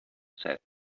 said